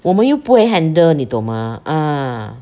我们又不会 handle 你懂吗 ah